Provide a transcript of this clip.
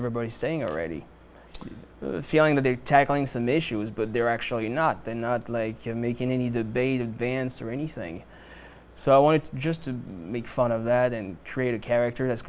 everybody is saying already feeling that they're tackling some issues but they're actually not they're not like you're making any debate advance or anything so i want just to make fun of that and treat a character that's